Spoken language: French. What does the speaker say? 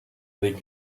avec